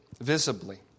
visibly